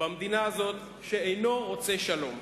במדינה הזאת, שאינו רוצה שלום.